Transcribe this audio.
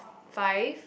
five